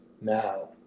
Now